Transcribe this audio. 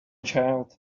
child